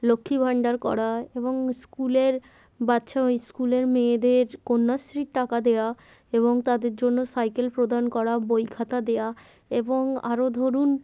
লক্ষ্মী ভাণ্ডার করা এবং স্কুলের বাচ্চা ও স্কুলের মেয়েদের কন্যাশ্রীর টাকা দেওয়া এবং তাদের জন্য সাইকেল প্রদান করা বই খাতা দেওয়া এবং আরও ধরুন